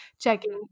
checking